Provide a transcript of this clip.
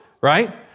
right